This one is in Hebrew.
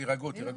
תירגעו, תירגעו.